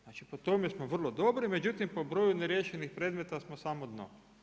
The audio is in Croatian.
Znači po tome smo vrlo dobri, međutim po broju neriješenih predmeta smo samo dno.